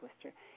twister